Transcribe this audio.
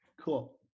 Cool